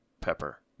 pepper